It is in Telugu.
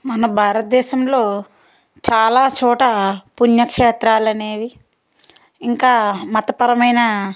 మన భారతదేశంలో చాలా చోట్ల పుణ్యక్షేత్రాలు అనేవి ఇంకా మతపరమైన